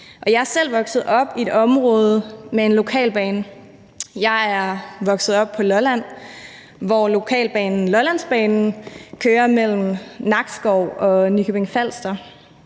Jeg er selv vokset op i et område med en lokalbane, jeg er vokset op på Lolland, hvor lokalbanen Lollandsbanen kører mellem Nakskov og Nykøbing Falster,